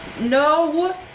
No